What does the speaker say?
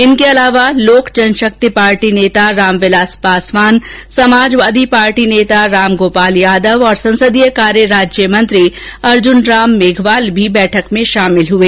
इनके अलावा लोक जनशक्ति पार्टी नेता रामविलास पासवान समाजवादी पार्टी नेता राम गोपाल यादव और संसदीय कार्य राज्यमंत्री अर्जुन राम मेघवाल भी बैठक में शामिल हुए